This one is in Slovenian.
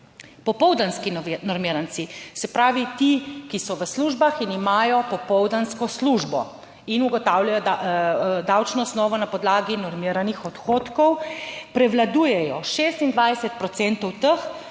Popoldanski normiranci, se pravi ti, ki so v službah in imajo popoldansko službo in ugotavljajo, da davčno osnovo na podlagi normiranih odhodkov prevladujejo 26